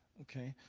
okay.